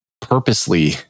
purposely